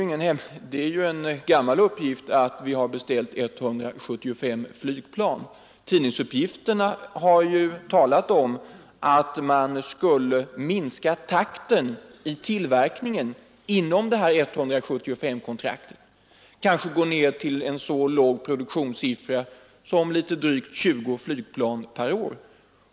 Det är en gammal uppgift att vi har beställt 175 flygplan. Tidningsuppgifterna har talat om att man skulle minska takten i tillverkningen inom det här 17S5-kontraktet och kanske gå ned till en så låg produktionssiffra som litet drygt 20 flygplan per år.